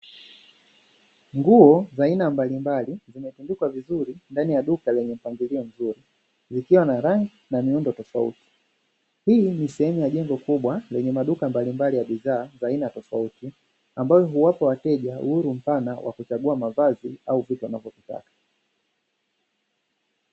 Nguo za aina mbalimbali zimetundikwa vizuri ndani ya duka lenye mpangilio mzuri, ikiwa na rangi na miundo tofauti. Hii ni sehemu ya jengo kubwa lenye maduka mbalimbali ya bidhaa za aina tofauti, ambazo huwapa wateja uhuru mpana wa kuchagua mavazi au vitu wanavyovitaka.